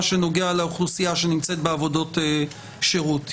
שנוגע לאוכלוסייה שנמצאת בעבודות שירות.